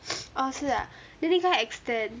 ah 是 ah then 你快点 extend